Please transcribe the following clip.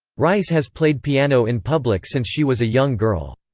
rice has played piano in public since she was a young girl.